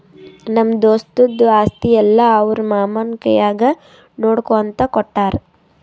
ನಮ್ಮ ದೋಸ್ತದು ಆಸ್ತಿ ಎಲ್ಲಾ ಅವ್ರ ಮಾಮಾ ಕೈನಾಗೆ ನೋಡ್ಕೋ ಅಂತ ಕೊಟ್ಟಾರ್